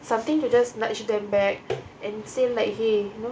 something to just nudge them back and say like !hey! you know